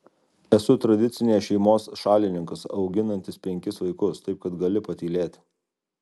esu tradicinės šeimos šalininkas auginantis penkis vaikus taip kad gali patylėti